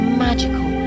magical